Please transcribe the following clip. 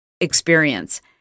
experience